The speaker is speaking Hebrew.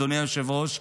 אדוני היושב-ראש,